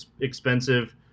expensive